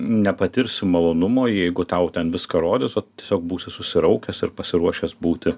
nepatirsi malonumo jeigu tau ten viską rodys o tu tiesiog būsi susiraukęs ir pasiruošęs būti